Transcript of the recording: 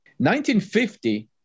1950